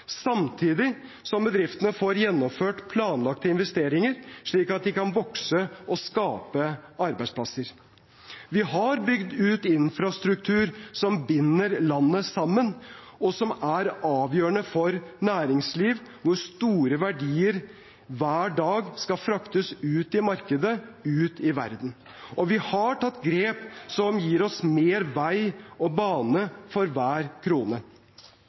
samtidig som bedriftene får gjennomført planlagte investeringer, slik at de kan vokse og skape arbeidsplasser. Vi har bygd ut infrastruktur som binder landet sammen, og som er avgjørende for et næringsliv hvor store verdier hver dag skal fraktes ut i markedet, ut i verden. Vi har også tatt grep som gir oss mer vei og bane for hver krone.